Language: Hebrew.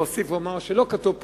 ואוסיף ואומר דבר שלא כתוב פה: